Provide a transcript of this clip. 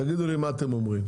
תגידו לי מה אתם אומרים.